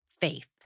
Faith